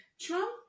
Trump